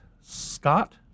Scott